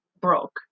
broke